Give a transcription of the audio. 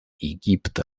египта